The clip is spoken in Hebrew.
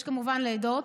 יש כמובן לידות.